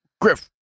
Griff